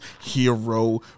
Hero